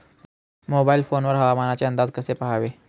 Mobile phone वर हवामानाचे अंदाज कसे पहावे?